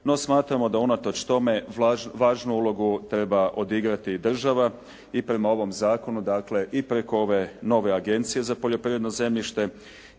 No, smatramo da unatoč tome važnu ulogu treba odigrati i država i prema ovom zakonu dakle i preko ove nove agencije za poljoprivredno zemljište